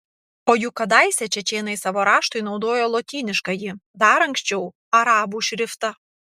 o juk kadaise čečėnai savo raštui naudojo lotyniškąjį dar anksčiau arabų šriftą